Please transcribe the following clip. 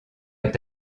est